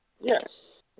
Yes